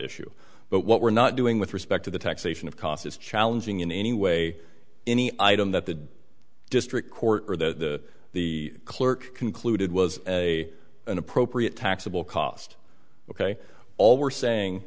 issue but what we're not doing with respect to the taxation of costs is challenging in any way any item that the district court or that the clerk concluded was a an appropriate taxable cost ok all we're saying